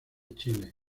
chile